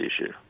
issue